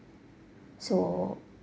so